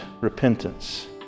repentance